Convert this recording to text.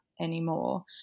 anymore